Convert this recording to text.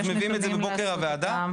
אז מביאים את זה בבוקר הוועדה?